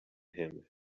him